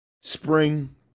spring